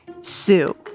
Sue